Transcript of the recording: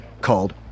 called